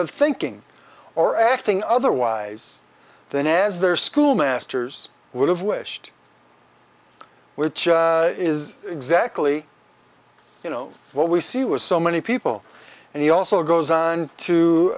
of thinking or acting otherwise than as their school masters would have wished which is exactly you know what we see with so many people and he also goes on